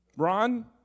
Ron